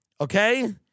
Okay